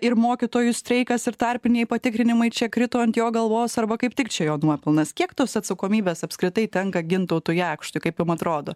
ir mokytojų streikas ir tarpiniai patikrinimai čia krito ant jo galvos arba kaip tik čia jo nuopelnas kiek tos atsakomybės apskritai tenka gintautui jakštui kaip jum atrodo